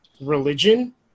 religion